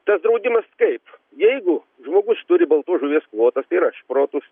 tas draudimas kaip jeigu žmogus turi baltos žuvies kvotą tai yra šprotus